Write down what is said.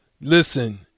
Listen